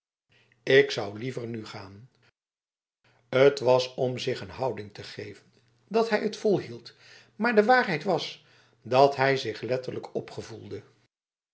ik zou liever nu gaan t was om zich een houding te geven dat hij het volhield maar de waarheid was dat hij zich letterlijk